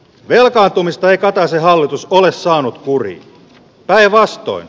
velkaantumista ei kataisen hallitus ole saanut juuri päinvastoin